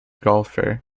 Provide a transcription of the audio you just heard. golfer